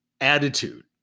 attitude